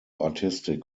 artistic